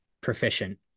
proficient